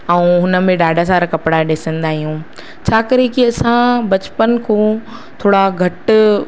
ऐं हुनमें ॾाढा सारा कपिड़ा ॾिसंदा आहियूं छा करे की असां बचपन खां थोड़ा घटि